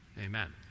amen